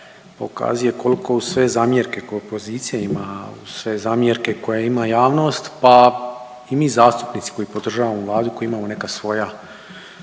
pokazuje koliko sve zamjerke kao opozicija ima sve zamjerke koje ima javnost, pa i mi zastupnici koji podržavamo Vladu koji imamo neka svoja